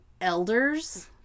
elders